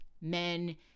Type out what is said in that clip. men